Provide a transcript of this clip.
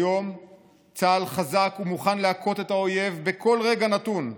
כיום צה"ל חזק ומוכן להכות את האויב בכל רגע נתון.